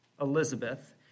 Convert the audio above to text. Elizabeth